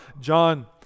John